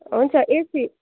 हुन्छ एसी